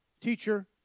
teacher